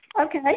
Okay